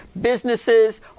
businesses